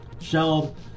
shelled